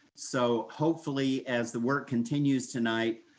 so hopefully as the work continues tonight,